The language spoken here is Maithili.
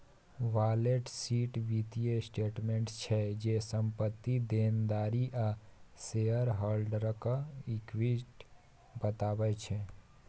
बैलेंस सीट बित्तीय स्टेटमेंट छै जे, संपत्ति, देनदारी आ शेयर हॉल्डरक इक्विटी बताबै छै